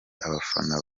abafana